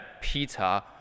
Peter